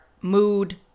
mood